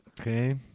Okay